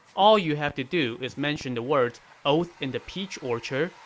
all you have to do is mention the words oath in the peach orchard,